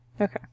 Okay